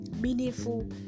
Meaningful